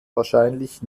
wahrscheinlich